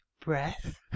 breath